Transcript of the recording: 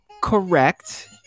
correct